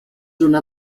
una